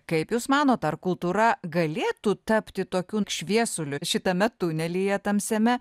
kaip jūs manot ar kultūra galėtų tapti tokiu šviesuliu šitame tunelyje tamsiame